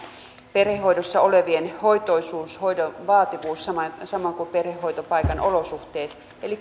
perhehoidossa olevien hoitoisuus hoidon vaativuus samoin samoin kuin perhehoitopaikan olosuhteet eli